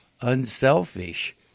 unselfish